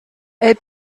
elle